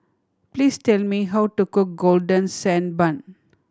please tell me how to cook Golden Sand Bun